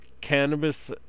cannabis